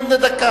לפי החוק.